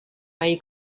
may